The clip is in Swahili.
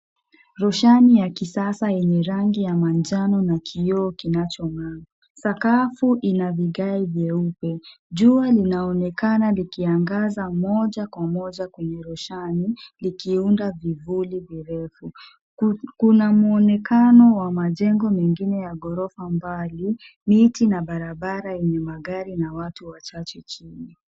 Roshani ya kisasa yenye rangi ya manjano na kioo kinachong'aa. Sakafi ina vigae vyeupe. Jua linaonekana likiangaza mja kwa moja kwenye roshani ikiunda vivuli virefu. Kuna mwonekano wa majengo mengine ya ghorofa mbali, miti na barabra yenye magari na watu wachache chini.